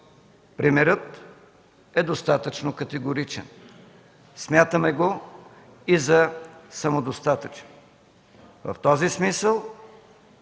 Примерът е достатъчно категоричен, смятаме го и за самодостатъчен. В този смисъл